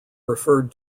referred